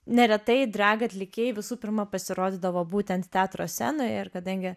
neretai drag atlikėjai visų pirma pasirodydavo būtent teatro scenoje ir kadangi